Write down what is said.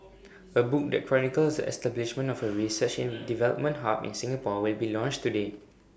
A book that chronicles establishment of A research and development hub in Singapore will be launched today